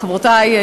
חברותי,